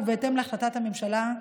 בהתאם להחלטת הממשלה,